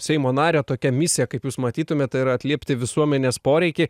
seimo nario tokia misija kaip jūs matytumėt tai yra atliepti visuomenės poreikį